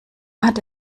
hat